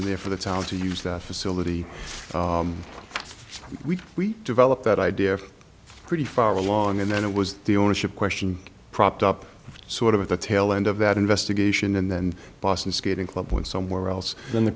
in there for the town to use that facility we developed that idea pretty far along and then it was the ownership question propped up sort of at the tail end of that investigation and then boston skating club went somewhere else then the